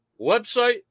website